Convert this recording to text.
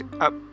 up